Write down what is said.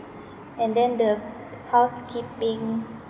and then the housekeeping